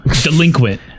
Delinquent